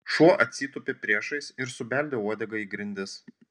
šuo atsitūpė priešais ir subeldė uodega į grindis